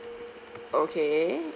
okay